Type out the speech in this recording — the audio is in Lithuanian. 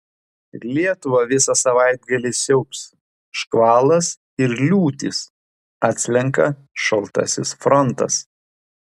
lietuvą visą savaitgalį siaubs škvalas ir liūtys atslenka šaltasis frontas